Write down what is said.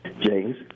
James